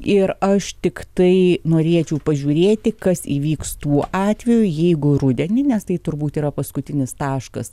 ir aš tiktai norėčiau pažiūrėti kas įvyks tuo atveju jeigu rudenį nes tai turbūt yra paskutinis taškas